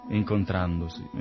incontrandosi